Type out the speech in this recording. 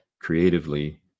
creatively